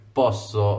posso